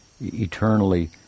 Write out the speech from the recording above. eternally